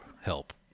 help